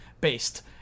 based